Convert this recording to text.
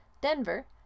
Denver